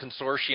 consortium